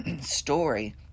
story